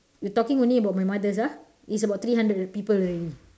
we talking only about my mother's ah is about three hundred people already